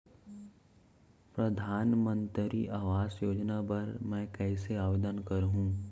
परधानमंतरी आवास योजना बर मैं कइसे आवेदन करहूँ?